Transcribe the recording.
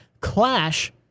Clash